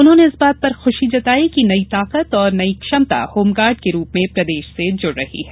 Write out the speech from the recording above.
उन्होंने इस बात पर खुशी जताई कि नई ताकत नई क्षमता होमगार्ड के रूप में प्रदेश से जुड़ रही है